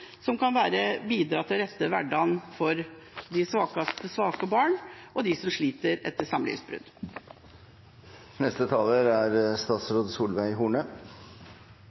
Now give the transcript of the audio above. som kan bidra til å lette hverdagen for de svakeste av de svake barna, og for dem som sliter etter samlivsbrudd.